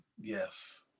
Yes